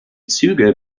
züge